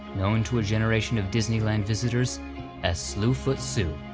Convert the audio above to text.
known to a generation of disneyland visitors as slue foot sue.